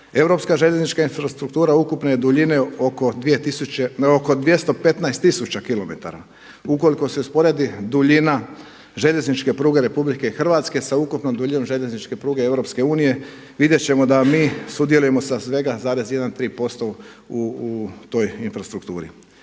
Europska željeznička infrastruktura ukupne je duljine oko 215000 km. Ukoliko se usporedi duljina željezničke pruge RH sa ukupnom duljinom željezničke pruge EU, vidjet ćemo da mi sudjelujemo sa svega 1,3% u toj infrastrukturi.